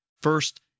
First